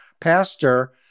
pastor